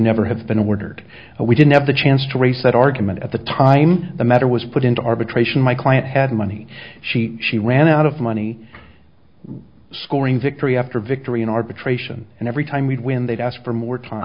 never have been ordered and we didn't have the chance to raise that argument at the time the matter was put into arbitration my client had money she she ran out of money scoring victory after victory in arbitration and every time we'd win they'd ask for more time